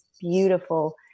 beautiful